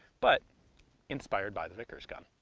but inspired by the vickers gun.